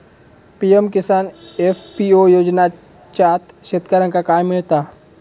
PM Kisan FPO योजनाच्यात शेतकऱ्यांका काय मिळता?